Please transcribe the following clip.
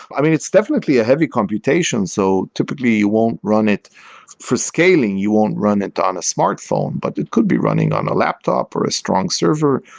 i mean, it's definitely a heavy computation. so typically you won't run it for scaling. you won't run it on a smartphone, but could be running on a laptop, or a strong server,